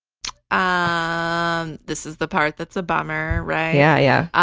um this is the part that's a bummer, right? yeah. yeah.